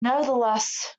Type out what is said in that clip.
nevertheless